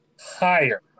higher